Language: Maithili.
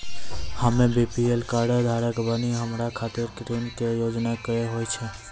हम्मे बी.पी.एल कार्ड धारक बानि हमारा खातिर ऋण के योजना का होव हेय?